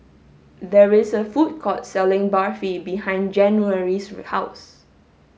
there is a food court selling Barfi behind January's house